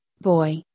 boy